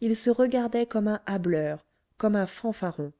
il se regardait comme un hâbleur comme un fanfaron